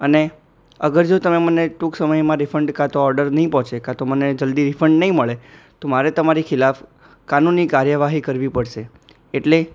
અને અગર જો તમે મને ટૂંક સમયમાં રિફંડ કાં તો ઓર્ડર નહીં પહોંચે કાં તો મને જલ્દી રિફંડ નહીં મળે તો મારે તમારી ખિલાફ કાનૂની કાર્યવાહી કરવી પડશે એટલે